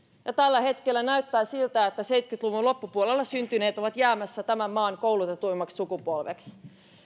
ja tällä hetkellä näyttää siltä että seitsemänkymmentä luvun loppupuolella syntyneet ovat jäämässä tämän maan koulutetuimmaksi sukupolveksi